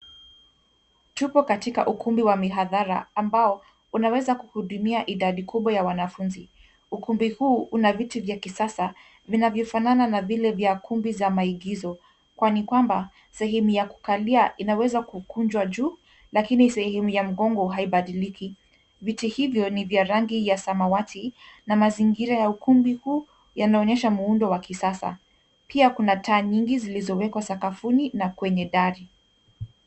Tupo katika ukumbi wa mihadhara ambao unaweza kuhudumia idadi kubwa ya wanafunzi. Ukumbi huu una vitu vya kisasa vinavyofanana na vile vya kumbi vya maigizo kwani kwamba sehemu ya kukalia inaweza kukunjwa juu lakini sehemu ya mgongo haibadiliki. Viti hivyo ni vya rangi ya samawati na mazingira ya ukumbi huu yanaonyesha muundo wa kisasa. Pia kuna taa nyingi zilizowekwa sakafuni na kwenye dari.